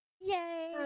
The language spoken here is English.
Yay